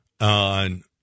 on